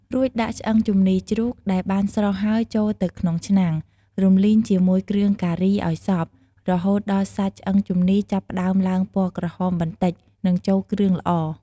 រួចដាក់ ឆ្អឹងជំនីរជ្រូក ដែលបានស្រុះហើយចូលទៅក្នុងឆ្នាំង រំលីងជាមួយគ្រឿងការីឱ្យសព្វ រហូតដល់សាច់ឆ្អឹងជំនីរចាប់ផ្ដើមឡើងពណ៌ក្រហមបន្តិច និងចូលគ្រឿងល្អ។